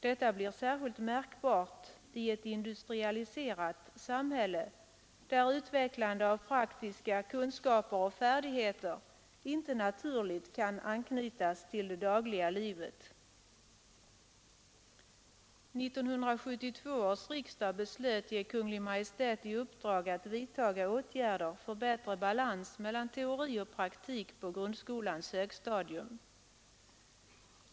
Detta blir särskilt märkbart i ett industrialiserat och centraliserat samhälle där utvecklande av praktiska kunskaper och färdigheter inte naturligt kan anknytas till det dagliga livet. 1972 års riksdag beslöt att ge Kungl. Maj:t i uppdrag att vidta åtgärder för bättre balans mellan teori och praktik på grundskolans högstadium.